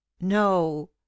no